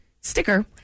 sticker